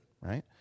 right